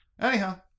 anyhow